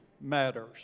matters